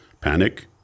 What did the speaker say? Panic